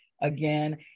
again